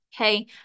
Okay